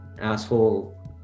asshole